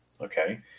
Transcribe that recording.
okay